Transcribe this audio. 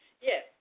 Yes